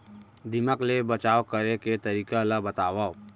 दीमक ले बचाव करे के तरीका ला बतावव?